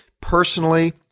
Personally